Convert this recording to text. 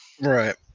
Right